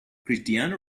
cristiano